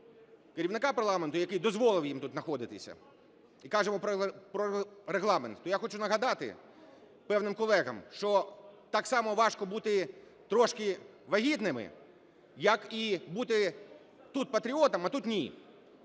керівника парламенту, який дозволив їм тут знаходитися, і кажемо про Регламент, то я хочу нагадати певним колегам, що так само важко бути трішки вагітними, як і бути тут патріотами, а тут ні.